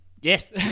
Yes